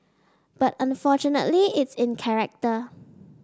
but unfortunately it's in character